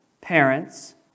parents